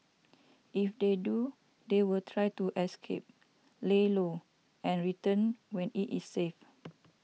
if they do they will try to escape lay low and return when it is safe